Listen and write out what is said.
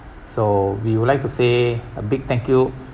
so we would like to say a big thank you